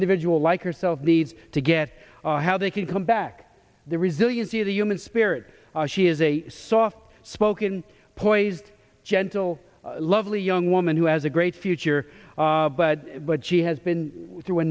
individual like herself needs to get how they can come back the resiliency of the human spirit she is a soft spoken poised gentle lovely young woman who has a great future but but she has been through a